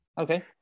Okay